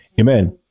Amen